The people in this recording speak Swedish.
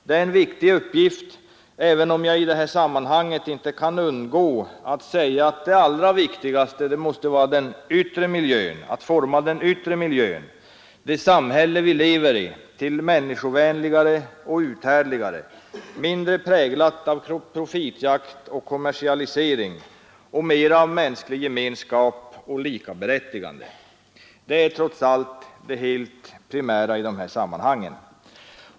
Det är en viktig uppgift, även om jag i det här sammanhanget inte kan undgå att säga att det allra viktigaste måste vara att forma den yttre miljön, det samhälle vi lever i, till att bli människovänligare och uthärdligare, mindre präglat av profitjakt och kommersialisering och mera av mänsklig gemenskap och likaberättigande. Detta är trots allt det helt primära i dessa sammanhang.